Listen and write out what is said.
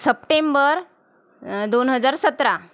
September दोन हजार सतरा